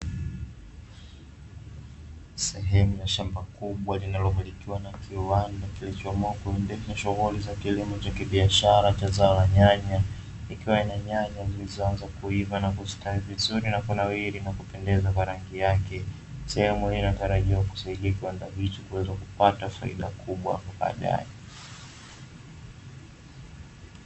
Sehemu ya shamba kubwa linalomilikiwa na kiwanda kilichoamua kuendesha shughuli za kilimo cha kibiashara la zao la nyanya, likiwa lina nyanya zilizoanza kuiva na kustawi vizuri na kunawiri na kupendeza kwa rangi yake; sehemu hii inatarajiwa kusaidia kiwanda hichi kuweza kupata faida kubwa baadaye.